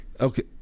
Okay